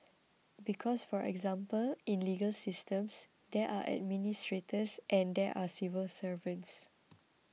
because for example in legal systems there are administrators and there are civil servants